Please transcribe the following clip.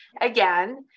again